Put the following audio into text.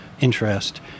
interest